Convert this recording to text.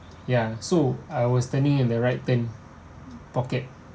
ya so I was turning in the right turn pocket